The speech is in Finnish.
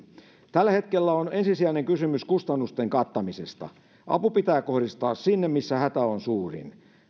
tällä hetkellä on ensisijaisesti kysymys kustannusten kattamisesta apu pitää kohdistaa sinne missä hätä on suurin